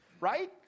Right